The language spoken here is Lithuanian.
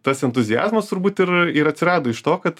tas entuziazmas turbūt ir ir atsirado iš to kad